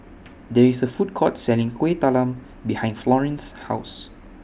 There IS A Food Court Selling Kueh Talam behind Florene's House